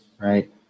right